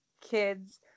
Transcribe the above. kids